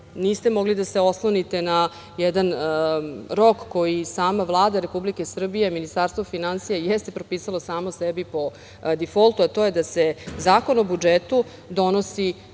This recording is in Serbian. niste mogli da se oslonite na jedan rok koji sama Vlada Republike Srbije, Ministarstvo finansija jeste propisalo samo sebi po difoltu, a to je da se Zakon o budžetu donosi